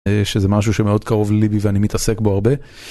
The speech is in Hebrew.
שזה משהו שמאוד קרוב ללבי ואני מתעסק בו הרבה.